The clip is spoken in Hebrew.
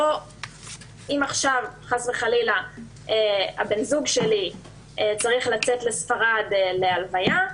אם עכשיו חס וחלילה בן הזוג שלי צריך לצאת לספרד להלוויה,